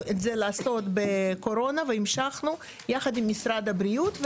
לעשות את זה בקורונה והמשכנו יחד עם משרד הבריאות,